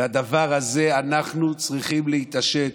ובדבר הזה אנחנו צריכים להתעשת.